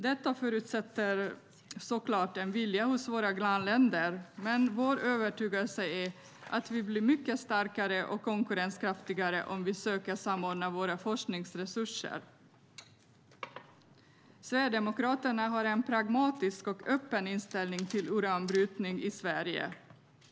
Detta förutsätter såklart en vilja hos våra grannländer, men vår övertygelse är att vi blir mycket starkare och mer konkurrenskraftiga om vi söker samordna våra forskningsresurser. Sverigedemokraterna har en pragmatisk och öppen inställning till uranbrytning i Sverige.